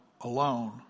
alone